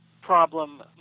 problem